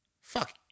fuck